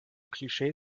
klischee